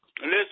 Listen